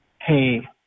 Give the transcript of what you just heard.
Hey